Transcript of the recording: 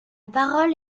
parole